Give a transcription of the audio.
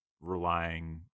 relying